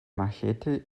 machete